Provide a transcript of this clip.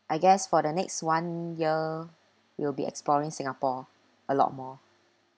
I guess for the next one year you'll be exploring singapore a lot more